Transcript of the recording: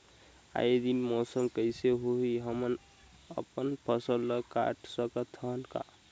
आय दिन मौसम कइसे होही, हमन अपन फसल ल काट सकत हन का?